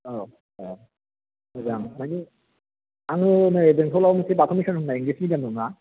औ ए मोजां नों आङो नै बेंथलाव मोनसे बाथौ मिसन होननाय इंग्लिश मिदियाम दंना